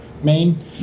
Main